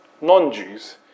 non-Jews